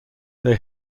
they